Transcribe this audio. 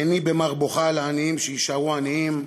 עיני במר בוכה על העניים שיישארו עניים,